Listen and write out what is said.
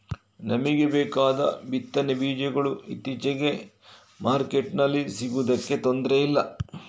ನಮಿಗೆ ಬೇಕಾದ ಬಿತ್ತನೆ ಬೀಜಗಳು ಇತ್ತೀಚೆಗೆ ಮಾರ್ಕೆಟಿನಲ್ಲಿ ಸಿಗುದಕ್ಕೆ ತೊಂದ್ರೆ ಇಲ್ಲ